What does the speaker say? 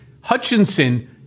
Hutchinson